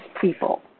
people